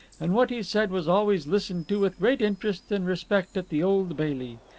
and what he said was always listened to with great interest and respect at the old bailey.